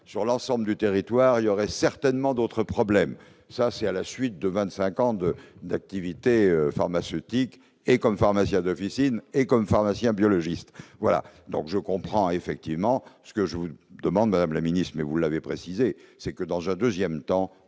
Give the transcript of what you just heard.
sur l'ensemble du territoire, il y aurait certainement d'autres problèmes, ça c'est à la suite de 25 ans de d'activité pharmaceutique et comme pharmaciens d'officine et comme pharmacien biologiste voilà donc je comprends effectivement ce que je vous demande, Madame la Ministre, mais vous l'avez précisé, c'est que dans un 2ème temps